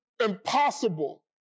Impossible